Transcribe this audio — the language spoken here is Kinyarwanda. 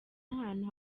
ahantu